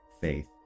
faith